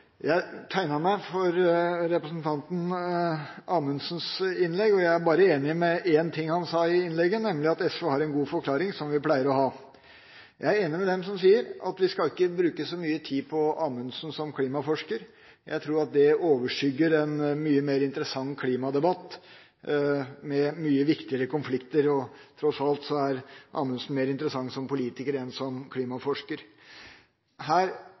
Jeg tegnet meg til representanten Amundsens innlegg, og jeg er bare enig med én ting han sa i innlegget, nemlig at SV har en god forklaring, som vi pleier å ha. Jeg er enig med dem som sier at vi ikke skal bruke så mye tid på Amundsen som klimaforsker. Jeg tror at det overskygger en mye mer interessant klimadebatt med mye viktigere konflikter, og tross alt er Amundsen mer interessant som politiker enn som klimaforsker. Her